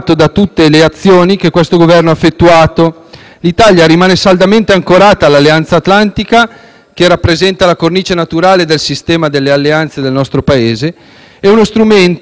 che rappresenta la cornice naturale del sistema delle alleanze del nostro Paese; è uno strumento di assoluta importanza in termini non solo di sicurezza, ma anche di integrazione e cooperazione militare europea.